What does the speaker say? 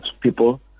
people